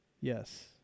Yes